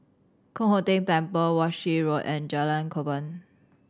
Kong Hock Keng Temple Walshe Road and Jalan Korban